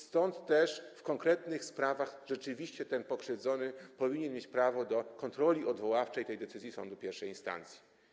Stąd też w konkretnych sprawach rzeczywiście ten pokrzywdzony powinien mieć prawo do kontroli odwoławczej tej decyzji sądu I instancji.